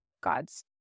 God's